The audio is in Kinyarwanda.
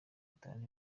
itanu